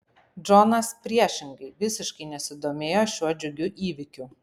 džonas priešingai visiškai nesidomėjo šiuo džiugiu įvykiu